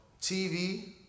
TV